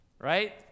Right